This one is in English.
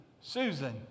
Susan